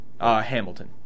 Hamilton